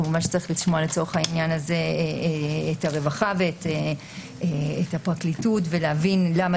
כמובן יש לשמוע לשם כך את הרווחה ואת הפרקליטות ולהבין למה